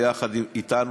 ביחד אתנו,